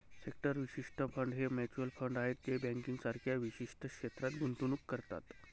sector विशिष्ट fund हे mutual fund आहेत जे बँकिंग सारख्या विशिष्ट क्षेत्रात गुंतवणूक करतात